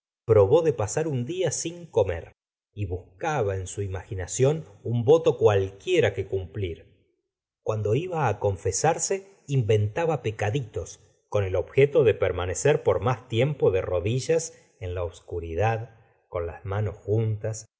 probó de pasar un día sin comer y buscaba en su imaginación un voto cualquiera que cumplir cuando iba confesarse inventaba pecaditos con el objeto de permanecer por mas tiempo de rodillas en la obscuridad con las manos juntas